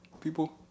people